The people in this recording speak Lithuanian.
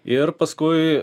ir paskui